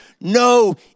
no